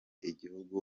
igihugu